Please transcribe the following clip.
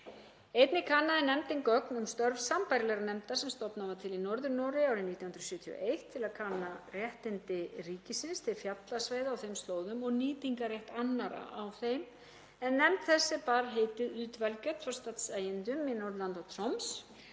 Einnig kannaði nefndin gögn um störf sambærilegrar nefndar sem stofnað var til í Norður-Noregi árið 1971 til að kanna réttindi ríkisins til fjallasvæða á þeim slóðum og nýtingarrétt annarra á þeim. Nefnd þessi bar heitið Utvalget for statseiendom i Nordland og Troms